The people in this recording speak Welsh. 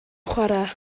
chwarae